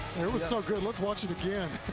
it was so let's watch it again.